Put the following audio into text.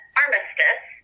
armistice